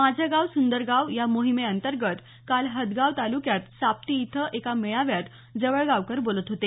माझं गाव सुंदर गाव या मोहिमे अंतर्गत काल हदगाव ताल्क्यात साप्ती इथं एका मेळाव्यात जवळगावकर बोलत होते